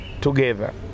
together